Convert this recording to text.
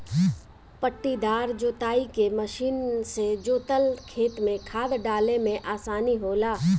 पट्टीदार जोताई के मशीन से जोतल खेत में खाद डाले में आसानी होला